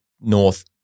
north